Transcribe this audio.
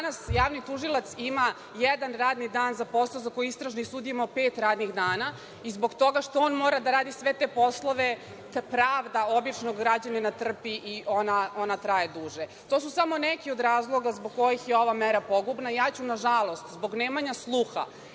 danas javni tužilac ima jedan radni dan za posao za koji je istražni sudija imao pet radnih dana i zbog toga što on mora da radi sve te poslove pravda običnog građanina trpi i ona traje duže. To su samo neki od razloga zbog kojih je ova mera pogubna. Ja ću, nažalost, zbog nemanja sluha